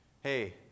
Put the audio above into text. Hey